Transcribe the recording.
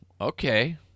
Okay